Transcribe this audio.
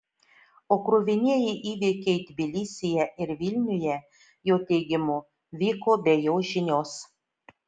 o kruvinieji įvykiai tbilisyje ir vilniuje jo teigimu vyko be jo žinios